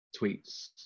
tweets